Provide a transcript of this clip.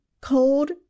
Cold